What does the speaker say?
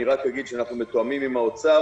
אני רק אגיד שאנחנו מתואמים עם האוצר.